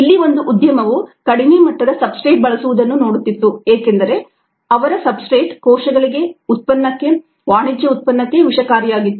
ಇಲ್ಲಿ ಒಂದು ಉದ್ಯಮವು ಕಡಿಮೆ ಮಟ್ಟದ ಸಬ್ಸ್ಟ್ರೇಟ್ ಬಳಸುವುದನ್ನು ನೋಡುತ್ತಿತ್ತು ಏಕೆಂದರೆ ಅವರ ಸಬ್ಸ್ಟ್ರೇಟ್ ಕೋಶಗಳಿಗೆ ಉತ್ಪನ್ನಕ್ಕೆ ವಾಣಿಜ್ಯ ಉತ್ಪನ್ನಕ್ಕೆ ವಿಷಕಾರಿಯಾಗಿತ್ತು